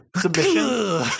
submission